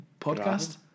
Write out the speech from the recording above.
podcast